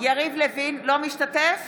אינו משתתף